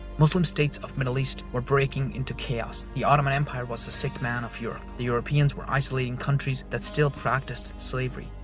muslim states of the middle east were breaking into chaos, the ottoman empire was the sick man of europe. the europeans were isolating countries that still practiced slavery.